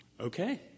Okay